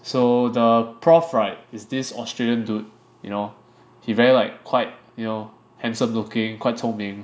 so the prof right is this Australian dude you know he very like quite you know handsome looking quite 聪明